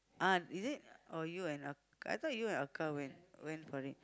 ah is it or you and I thought you and Aka went went for it